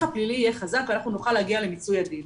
הפלילי יהיה חזק ואנחנו נוכל להגיע למיצוי הדין.